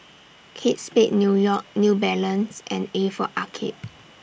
Kate Spade New York New Balance and A For Arcade